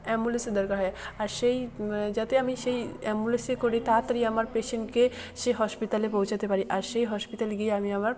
অ্যাম্বুলেসের দরকার হয় আর সেই যাতে আমি সেই অ্যাম্বুলেসে করে তাতাড়ি আমার পেশেন্টকে সেই হসপিটালে পৌঁছোতে পারি আর সেই হসপিটালে গিয়ে আমি আমার